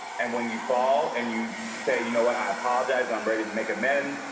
and when you fall and you say, you know what? i apologize. i'm ready to make amends.